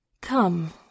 Come